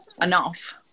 enough